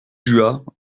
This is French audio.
juas